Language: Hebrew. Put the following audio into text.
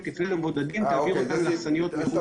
תפנה למבודדים ותעביר אותם לאכסניות מחוץ --- רז,